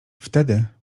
wtedy